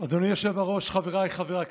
היושב-ראש, חבריי חברי הכנסת,